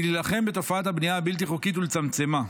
להילחם בתופעת הבנייה הבלתי-חוקית ולצמצמה.